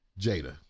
Jada